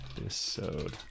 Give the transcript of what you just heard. episode